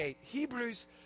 Hebrews